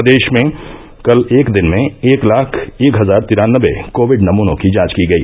प्रदेश में कल एक दिन में एक लाख एक हजार तिरानबे कोविड नमूनों की जांच की गई